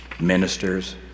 ministers